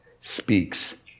speaks